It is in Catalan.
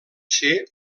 ser